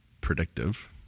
predictive